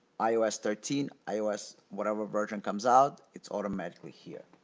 ios thirteen, ios. whatever version comes out, it's automatically here.